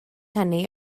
hynny